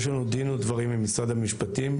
יש לנו דין ודברים עם משרד המשפטים,